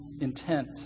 intent